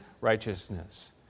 righteousness